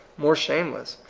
more shameless,